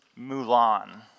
Mulan